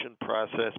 process